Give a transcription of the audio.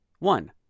One